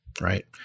right